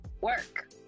work